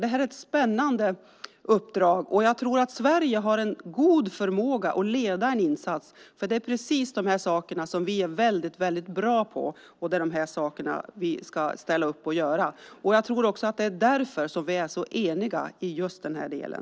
Det här är ett spännande uppdrag, och jag tror att Sverige har en god förmåga att leda en insats, för det är precis det som vi ska ställa upp och göra som vi är väldigt bra på. Jag tror att det är därför som vi är så eniga i just den här delen.